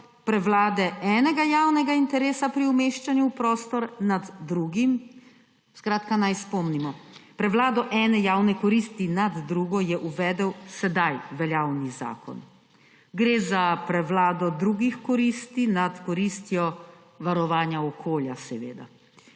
prevlade enega javnega interesa pri umeščanju v prostor nad drugim. Naj spomnimo, prevlado ene javne koristi nad drugo je uvedel sedaj veljavni zakon. Gre za prevlado drugih koristi nad koristjo varovanja okolja,